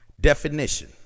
Definition